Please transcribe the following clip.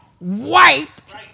wiped